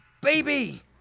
baby